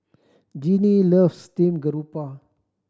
Jeanie loves steamed garoupa